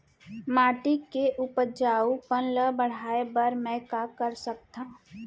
माटी के उपजाऊपन ल बढ़ाय बर मैं का कर सकथव?